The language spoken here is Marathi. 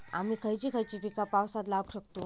आम्ही खयची खयची पीका पावसात लावक शकतु?